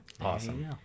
Awesome